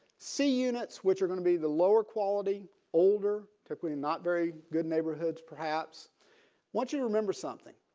c units which are going to be the lower quality older typically not very good neighborhoods perhaps once you remember something